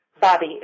Bobby